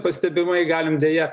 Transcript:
pastebimai galim deja